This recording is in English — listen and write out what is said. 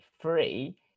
free